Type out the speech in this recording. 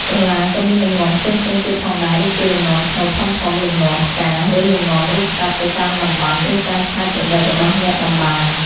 ក្រមាក៏មានលំនាំផ្សេងៗទៀតផងដែរ ដូចជា លំនាំឆ្នូតធំៗ លំនាំផ្កា ឬលំនាំរូបសត្វ ទៅតាមតំបន់ ឬការច្នៃប្រឌិតរបស់អ្នកតម្បាញ។